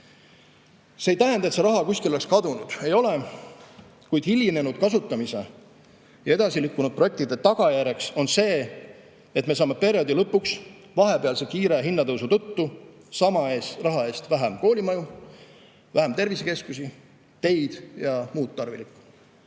See ei tähenda, et see raha kuskile oleks kadunud – ei ole –, kuid hilinenud kasutamise ja edasilükkunud projektide tagajärg on see, et me saame perioodi lõpuks vahepealse kiire hinnatõusu tõttu sama raha eest vähem koolimaju, tervisekeskusi, teid ja muud tarvilikku.